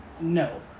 No